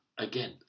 Again